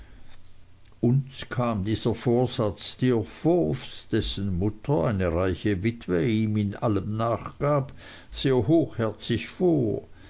uns kam dieser vorsatz steerforths dessen mutter eine reiche witwe ihm in allem nachgab sehr hochherzig vor